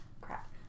Crap